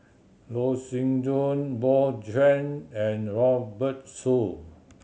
Loh Sin Yun Bjorn Shen and Robert Soon